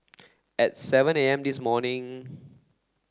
at seven A M this morning